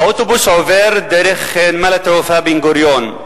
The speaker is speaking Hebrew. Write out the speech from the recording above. האוטובוס עובר דרך נמל התעופה בן-גוריון.